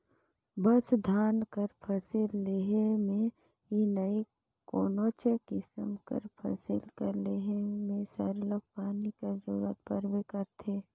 बस धान कर फसिल लेहे में ही नई कोनोच किसिम कर फसिल कर लेहे में सरलग पानी कर जरूरत परबे करथे